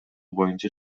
боюнча